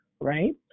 right